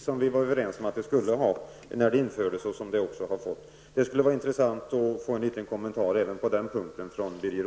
Det var vi överens om när det infördes, och det har det också fått. Det skulle vara intressant att få en liten kommentar även på den punkten från Birger